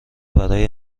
برای